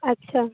ᱟᱪᱪᱷᱟ